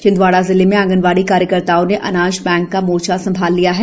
छिंदवाड़ा जिले में आंगनवाड़ी कार्यकर्ताओ ने अनाज बैंक का मोर्चा संभाल लिया है